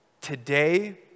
today